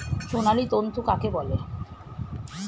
সোনালী তন্তু কাকে বলে?